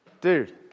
Dude